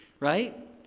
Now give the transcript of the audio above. right